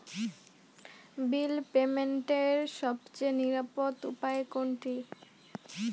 বিল পেমেন্টের সবচেয়ে নিরাপদ উপায় কোনটি?